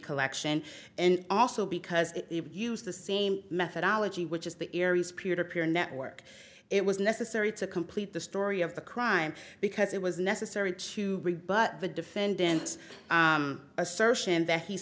collection and also because it would use the same methodology which is the area's peer to peer network it was necessary to complete the story of the crime because it was necessary to rebut the defendant's assertion that he